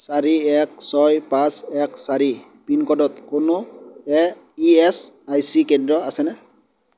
চাৰি এক ছয় পাঁচ এক চাৰি পিনক'ডত কোনো ই এছ আই চি কেন্দ্ৰ আছেনে